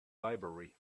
library